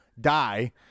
die